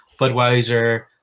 Budweiser